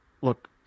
look